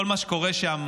על כל מה שקורה שם,